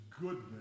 goodness